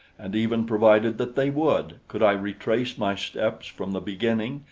and even provided that they would, could i retrace my steps from the beginning,